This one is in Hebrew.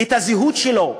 את הזהות שלו: